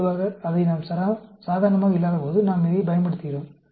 பொதுவாக அவை சாதாரணமாக இல்லாதபோது நாம் இதைப் பயன்படுத்துகிறோம்